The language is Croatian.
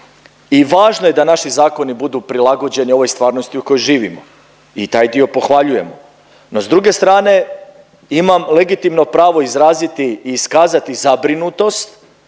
i važno je da naši zakoni budu prilagođeni ovoj stvarnosti u kojoj živimo i taj dio pohvaljujemo no s druge strane imam legitimno pravo izraziti i iskazati zabrinutost